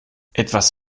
etwas